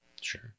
Sure